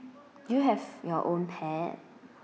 do you have your own pet